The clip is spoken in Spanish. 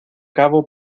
cabo